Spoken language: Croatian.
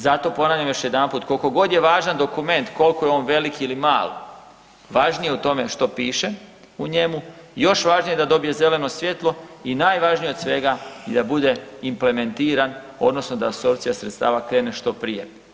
Zato ponavljam još jedanput, koliko god je važan dokument koliko je on velik ili mal, važnije je o tome što piše u njemu, još važnije da dobije zeleno svjetlo i najvažnije od svega da bude implementiran odnosno da apsorpcija sredstava krene što prije.